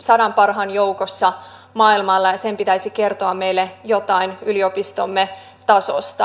sadan parhaan joukossa maailmalla ja sen pitäisi kertoa meille jotain yliopistomme tasosta